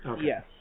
Yes